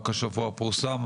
רק השבוע פורסם